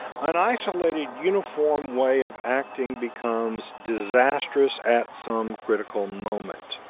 an isolated uniform way of acting becomes disastrous at some critical moment.